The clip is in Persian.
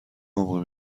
عمقی